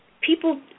people